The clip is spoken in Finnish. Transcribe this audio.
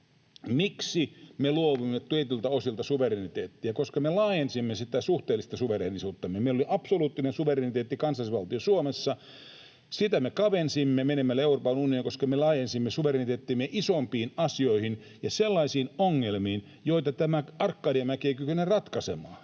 Miksi me luovuimme tietyiltä osilta suvereniteetista? Koska me laajensimme sitä suhteellista suvereenisuuttamme. Meillä oli absoluuttinen suvereniteetti kansallisvaltio Suomessa, sitä me kavensimme menemällä Euroopan unioniin, koska me laajensimme suvereniteettimme isompiin asioihin ja sellaisiin ongelmiin, joita ei kykene ratkaisemaan